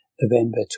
November